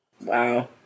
Wow